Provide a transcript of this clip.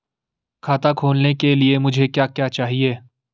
खाता खोलने के लिए मुझे क्या क्या चाहिए?